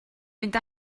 fynd